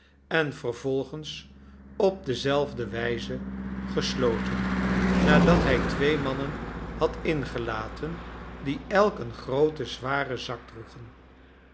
en vervolgens op dezelfde wijze gesloten nadat hij twee mannen had ingelaten die elk een grooten zwaren zak droegen